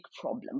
problem